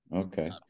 okay